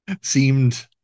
seemed